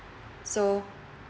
so